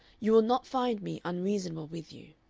you will not find me unreasonable with you.